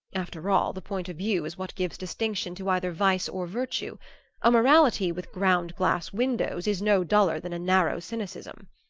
after all, the point of view is what gives distinction to either vice or virtue a morality with ground-glass windows is no duller than a narrow cynicism.